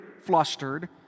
flustered